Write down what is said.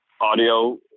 audio